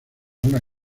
una